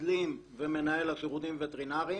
המגדלים ומנהל השירותים הווטרינרים.